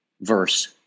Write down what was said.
verse